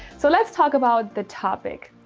so let's talk about the topic.